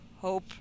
hope